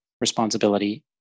responsibility